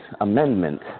Amendment